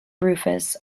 rufus